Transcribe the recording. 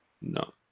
No